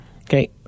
Okay